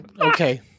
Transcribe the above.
Okay